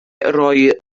roi